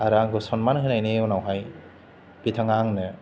आरो आंखौ सनमान होनायनि उनावहाय बिथाङा आंनो